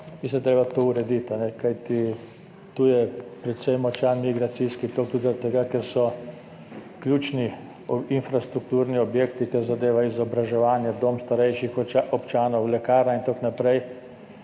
da je treba to urediti. Kajti tu je precej močan migracijski tok tudi zaradi tega, ker so ključni infrastrukturni objekti, kar zadeva izobraževanje, dom starejših občanov, lekarno in tako naprej,